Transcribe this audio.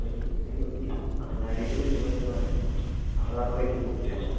ഒരു ഒരു ഒരു അങ്ങാടയിൽ ചുറ്റുവട്ടത്തിന്ന് മതി അവിടെ റേറ്റ് കൂട്ടുക